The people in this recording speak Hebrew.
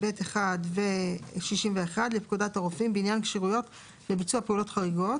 (ב1) ו-61 לפקודת הרופאים בעניין כשירויות לביצוע פעולות חריגות,